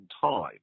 time